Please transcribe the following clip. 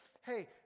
hey